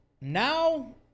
now